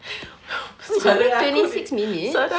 it's only twenty six minutes